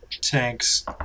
tanks